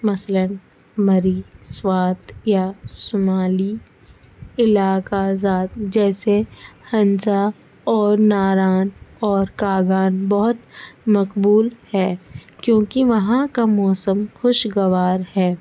مثلاً مری سوات یا سمالی علاقزات جیسے حنسا اور ناران اور کاغان بہت مقبول ہے کیونکہ وہاں کا موسم خوشگوار ہے